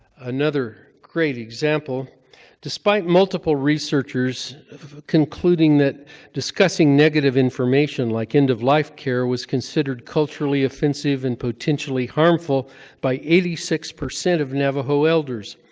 another great example despite multiple researchers concluding that discussing negative information, like end-of-life care, was considered culturally offensive and potentially harmful by eighty six percent of navajo elders,